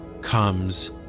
comes